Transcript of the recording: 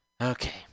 Okay